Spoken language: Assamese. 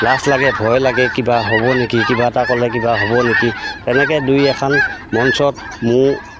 লাজ লাগে ভয় লাগে কিবা হ'ব নেকি কিবা এটা ক'লে কিবা হ'ব নেকি তেনেকৈ দুই এখন মঞ্চত মোৰ